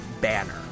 banner